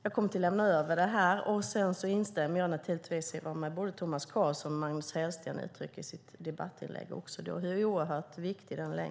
Jag lämnar över artikeln. Jag instämmer med vad Thomas Carlzon och Magnus Hellsten uttrycker i den.